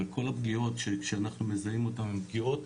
וכל הפגיעות שאנחנו מזהים אותן הן פגיעות